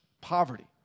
poverty